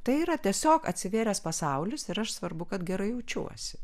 tai yra tiesiog atsivėręs pasaulis ir aš svarbu kad gerai jaučiuosi